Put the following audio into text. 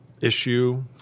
issue